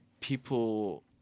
people